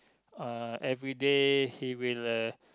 uh everyday he will uh